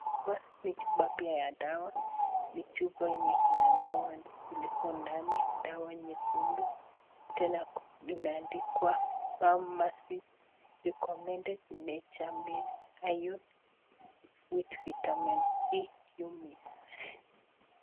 Hapa ni chupa ya dawa, ni chupa yenye iko na dawa zilizo ndani dawa nyekundu tena imeandikwa pharmacist recomended nature made iron food vitamin d gummies .